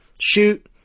shoot